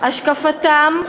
השקפתם,